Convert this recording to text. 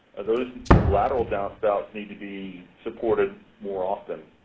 those lateral downspouts need to be supported more often,